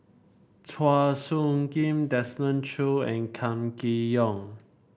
Chua Soo Khim Desmond Choo and Kam Kee Yong